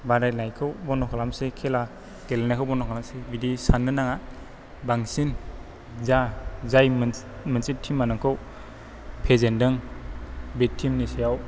बादायनायखौ बन्द' खालामसै खेला गेलेनायखौ बन्द' खालामसै बिदि सान्नो नाङा बांसिन जा जाय मोनसे तिमा नोंखौ फेजेनदों बे तिमनि सायाव